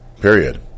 Period